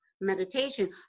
meditation